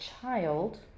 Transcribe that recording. child